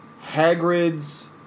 Hagrid's